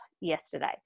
yesterday